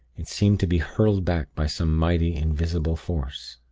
it seemed to be hurled back by some mighty, invisible force.